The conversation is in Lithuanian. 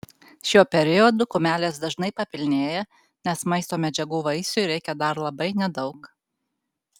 šiuo periodu kumelės dažnai papilnėja nes maisto medžiagų vaisiui reikia dar labai nedaug